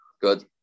Good